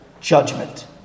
judgment